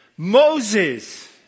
Moses